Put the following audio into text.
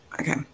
Okay